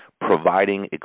providing